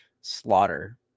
slaughter